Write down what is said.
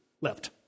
left